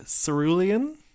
cerulean